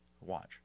Watch